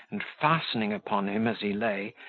and, fastening upon him, as he lay,